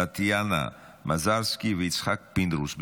טטיאנה מזרסקי ויצחק פינדרוס.